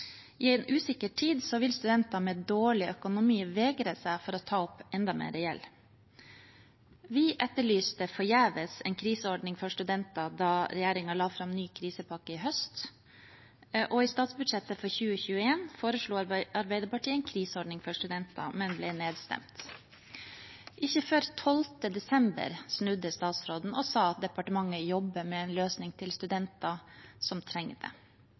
I en usikker tid vil studenter med dårlig økonomi vegre seg for å ta opp enda mer i lån. Vi etterlyste forgjeves en kriseordning for studenter da regjeringen la fram en ny krisepakke i høst, og i statsbudsjettet for 2021 foreslo Arbeiderpartiet en kriseordning for studenter, men vi ble nedstemt. Ikke før den 12. desember snudde statsråden og sa at departementet jobber med en løsning til studenter som trenger det.